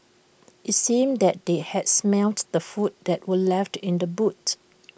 IT seemed that they had smelt the food that were left in the boot